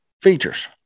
features